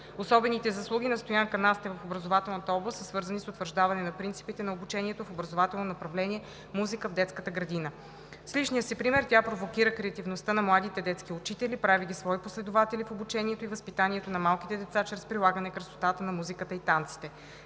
Особените заслуги на Стоянка Настева в образователната област са свързани с утвърждаване на принципите на обучението в образователно направление „Музика в детската градина“. С личния си пример тя провокира креативността на младите детски учители, прави ги свои последователи в обучението и възпитанието на малките деца чрез прилагане красотата на музиката и танците.